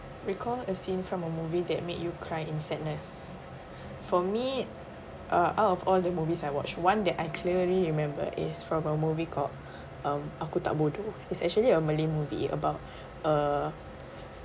recall a scene from a movie that made you cry in sadness for me uh out of all the movies I watched one that I clearly remember is from a movie called um aku tak bodoh it's actually a malay movie about uh